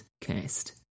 cast